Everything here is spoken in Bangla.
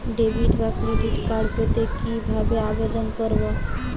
ডেবিট বা ক্রেডিট কার্ড পেতে কি ভাবে আবেদন করব?